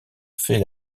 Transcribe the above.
faits